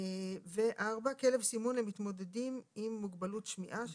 (4) כלב סימון למתמודדים עם מוגבלות שמיעה (HEARINGDOG)"."